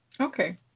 Okay